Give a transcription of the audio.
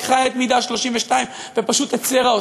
לקחה את מידה 32 ופשוט הצרה אותם.